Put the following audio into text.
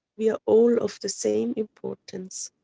we are all of the same importance,